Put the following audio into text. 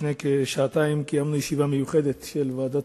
לפני כשעתיים קיימנו ישיבה מיוחדת של ועדת